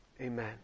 amen